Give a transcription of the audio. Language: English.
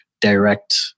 direct